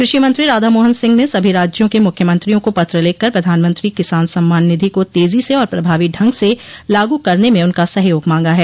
कृषि मंत्री राधामोहन सिंह ने सभी राज्यों के मुख्यमंत्रियों को पत्र लिखकर प्रधानमंत्री किसान सम्मान निधि को तेजी से और प्रभावी ढंग से लागू करने में उनका सहयोग मांगा है